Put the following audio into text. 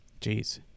Jeez